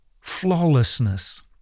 flawlessness